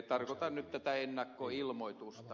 tarkoitan nyt tätä ennakkoilmoitusta